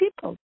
people